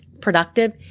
productive